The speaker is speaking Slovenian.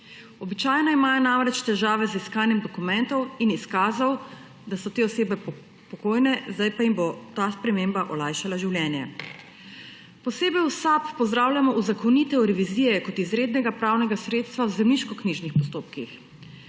Običajno imajo namreč težave z iskanjem dokumentov in izkazov, da so te osebe pokojne, zdaj pa jim bo ta sprememba olajšala življenje. Posebej v SAB pozdravljamo uzakonitev revizije kot izrednega pravnega sredstva v zemljiškoknjižnih postopkih.